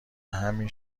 همین